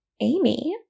Amy